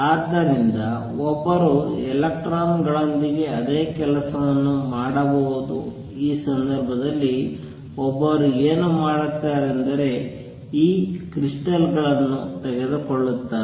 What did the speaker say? ಆದ್ದರಿಂದ ಒಬ್ಬರು ಎಲೆಕ್ಟ್ರಾನ್ ಗಳೊಂದಿಗೆ ಅದೇ ಕೆಲಸವನ್ನು ಮಾಡಬಹುದು ಈ ಸಂದರ್ಭದಲ್ಲಿ ಒಬ್ಬರು ಏನು ಮಾಡುತ್ತಾರೆಂದರೆ ಈ ಕ್ರಿಸ್ಟಲ್ಗಳನ್ನು ತೆಗೆದುಕೊಳ್ಳುತ್ತಾರೆ